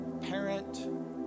parent